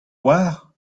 oar